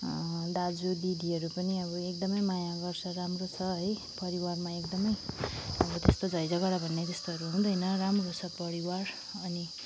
दाजु दिदीहरू पनि अब एकदमै माया गर्छ राम्रो छ है परिवारमा एकदमै अब त्यस्तो झैँ झगडा भन्ने जस्तोहरू हुँदैन राम्रो छ परिवार अनि